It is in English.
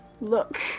look